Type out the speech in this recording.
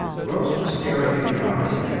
gross was staring at him oddly.